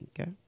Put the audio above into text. Okay